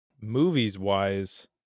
Movies-wise